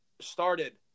started